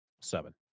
Seven